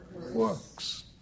works